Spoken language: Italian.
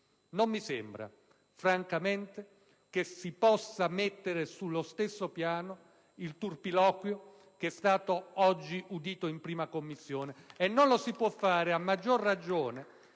Non mi sembra francamente che si possa mettere sullo stesso piano il turpiloquio che è stato oggi udito in 1a Commissione. E non lo si può fare a maggior ragione